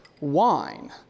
wine